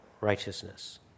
righteousness